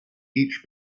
each